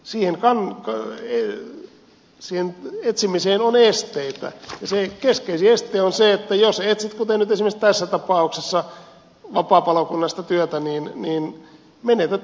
sille etsimiselle on esteitä ja keskeisin este on se että jos etsit työtä kuten nyt esimerkiksi tässä tapauksessa vapaapalokunnasta niin menetät työttömyysturvaasi